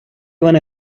вони